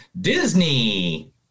Disney